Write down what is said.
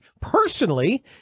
personally